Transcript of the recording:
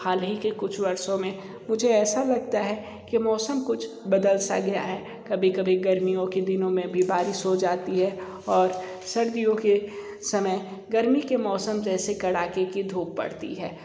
परन्तु हाल ही के कुछ वर्षों में मुझे ऐसा लगता है की मौसम कुछ बदल सा गया हैं कभी कभी गर्मी के दिनों में भी बारिश हो जाती है और सर्दियों के समय गर्मी के मौसम जैसी कड़ाके की धूप पड़ती हैं